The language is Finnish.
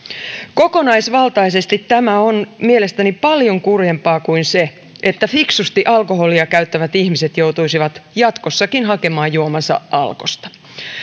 kokonaisvaltaisesti tämä on mielestäni paljon kurjempaa kuin se että fiksusti alkoholia käyttävät ihmiset joutuisivat jatkossakin hakemaan juomansa alkosta